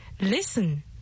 Listen